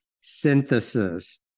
synthesis